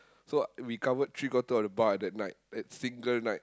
so we covered three quarter of the bar at that night that single night